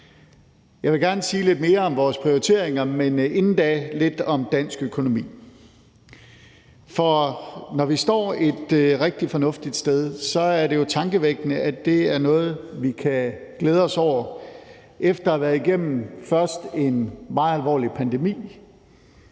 Jeg vil gerne sige lidt mere om vores prioriteringer, men inden da lidt om dansk økonomi. For når vi står et rigtig fornuftigt sted, er det jo tankevækkende, at det er noget, vi kan glæde os over efter at have været igennem en meget alvorlig pandemi,